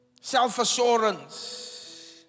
Self-assurance